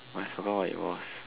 but I forgot what it was